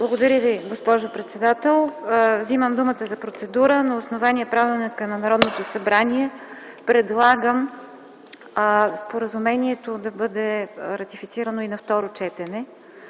Благодаря Ви, госпожо председател. Вземам думата за процедура. На основание правилника на Народното събрание предлагам споразумението да бъде ратифицирано и на второ четене